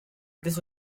this